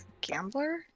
Gambler